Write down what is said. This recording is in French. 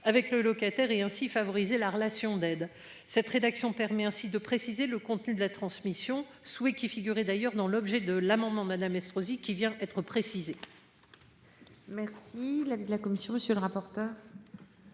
avec le locataire et ainsi favoriser la relation d'aide cette rédaction permet ainsi de préciser le contenu de la transmission sous et qui figurait d'ailleurs dans l'objet de l'amendement madame Estrosi qui vient être précisée.